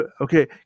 Okay